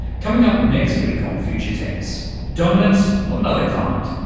coming up next week on future tense, dominance of another kind,